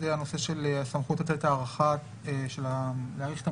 הנושא של הסמכות לתת הארכה של המועד.